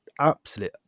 absolute